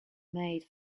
made